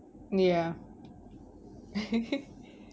ya